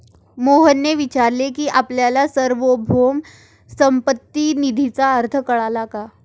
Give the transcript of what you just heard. मोहनने विचारले की आपल्याला सार्वभौम संपत्ती निधीचा अर्थ कळला का?